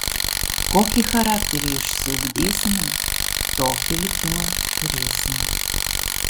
kokį charakterį išsiugdysime tokį likimą turėsime